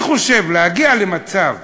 אני חושב שלהגיע למצב